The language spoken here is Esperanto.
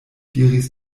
diris